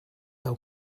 del